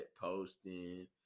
posting